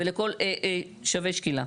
שווה שקילה.